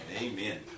Amen